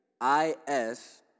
I-S